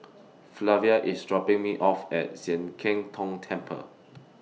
Flavia IS dropping Me off At Sian Keng Tong Temple